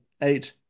eight